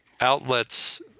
outlets